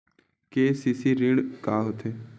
KCC ऋण का होथे?